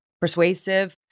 persuasive